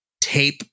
tape